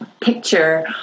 picture